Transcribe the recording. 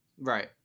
right